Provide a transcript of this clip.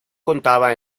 contaba